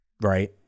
right